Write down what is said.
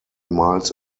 miles